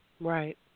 Right